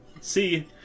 see